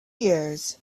years